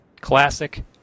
classic